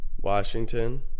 Washington